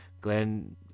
Glenn